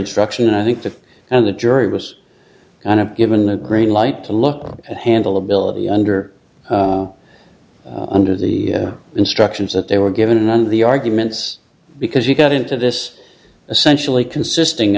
instruction i think to and the jury was kind of given the green light to look at handle ability under under the instructions that they were given and the arguments because you got into this essentially consisting